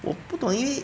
我不懂因为